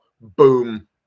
Boom